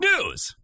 News